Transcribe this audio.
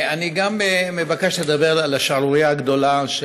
אני גם מבקש לדבר על השערורייה הגדולה של